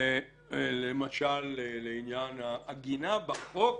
למשל: לעניין העגינה בחוק